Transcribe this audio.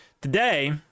today